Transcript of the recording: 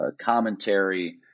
commentary